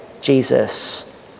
Jesus